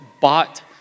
bought